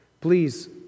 Please